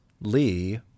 Lee